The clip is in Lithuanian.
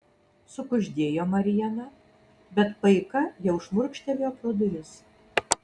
sukuždėjo mariana bet paika jau šmurkštelėjo pro duris